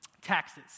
taxes